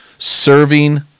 Serving